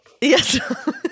Yes